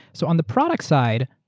so on the product side,